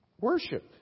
worship